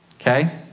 Okay